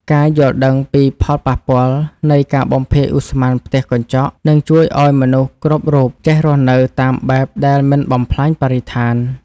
ការយល់ដឹងពីផលប៉ះពាល់នៃការបំភាយឧស្ម័នផ្ទះកញ្ចក់នឹងជួយឱ្យមនុស្សគ្រប់រូបចេះរស់នៅតាមបែបដែលមិនបំផ្លាញបរិស្ថាន។